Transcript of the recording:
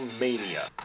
Mania